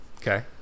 Okay